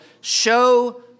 show